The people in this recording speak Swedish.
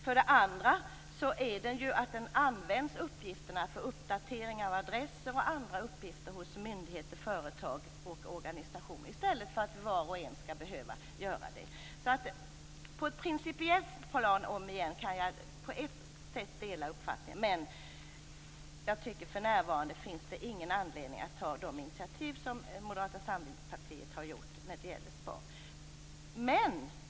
För det andra används uppgifterna för uppdatering av adresser och andra uppgifter hos myndigheter, företag och organisationer i stället för att var och en skall göra det. På ett principiellt plan, återigen, kan jag på ett sätt dela uppfattningen. Men jag tycker att för närvarande finns det ingen anledning att ta de initiativ som Moderata samlingspartiet har gjort när det gäller SPAR.